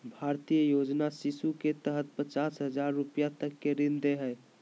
भारतीय योजना शिशु के तहत पचास हजार रूपया तक के ऋण दे हइ